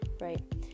right